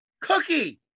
cookie